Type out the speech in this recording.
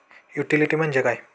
Utility म्हणजे काय?